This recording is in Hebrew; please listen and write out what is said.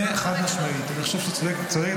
זה, חד-משמעית, אני חושב שאת צודקת.